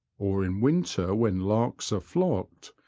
or in winter when larks are flocked,